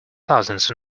thousands